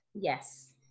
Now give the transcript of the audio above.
Yes